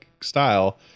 style